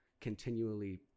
continually